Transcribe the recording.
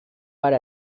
per